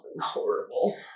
horrible